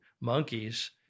monkeys